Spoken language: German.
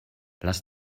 lass